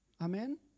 Amen